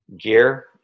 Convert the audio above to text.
gear